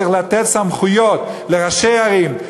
צריך לתת סמכויות לראשי ערים,